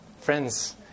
Friends